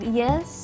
yes